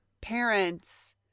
parents